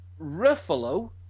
Ruffalo